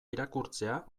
irakurtzea